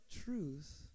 truth